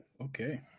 okay